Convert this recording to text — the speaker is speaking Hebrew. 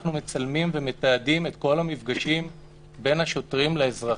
אנחנו מצלמים ומתעדים את כל המפגשים בין השוטרים לאזרחים.